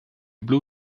blue